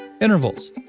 intervals